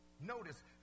Notice